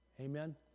Amen